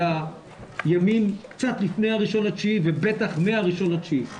היא בימים קצת לפני ה-1.9 ובטח מה-1.9.